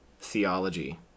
theology